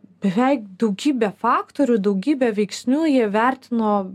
beveik daugybę faktorių daugybę veiksnių jie įvertino